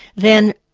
then,